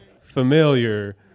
familiar